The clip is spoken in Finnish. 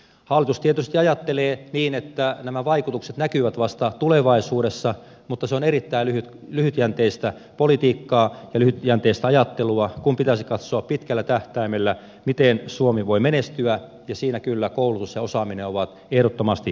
hallitus tietysti ajattelee niin että nämä vaikutukset näkyvät vasta tulevaisuudessa mutta se on erittäin lyhytjänteistä politiikkaa ja lyhytjänteistä ajattelua kun pitäisi katsoa pitkällä tähtäimellä miten suomi voi menestyä ja siinä kyllä koulutus ja osaaminen ovat ehdottomasti ykkösasioita